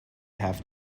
have